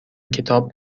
کتاب